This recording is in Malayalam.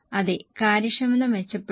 അതെ കാര്യക്ഷമത മെച്ചപ്പെട്ടു